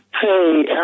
Hey